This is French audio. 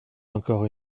encore